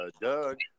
Doug